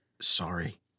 sorry